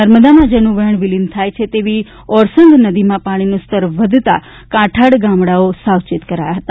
નર્મદામાં જેનું વહેણ વિલીન થાય છે તેવી ઓરસંગ નદીમાં પાણીનું સ્તર વધતા કાંઠાળ ગામડા સાવચેત કરાયા છે